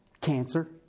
cancer